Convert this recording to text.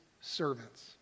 servants